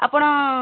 ଆପଣ